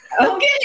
Okay